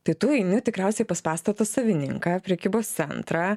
tai tu eini tikriausiai pas pastato savininką prekybos centrą